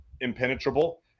impenetrable